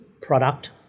product